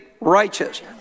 righteous